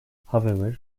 however